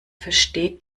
versteht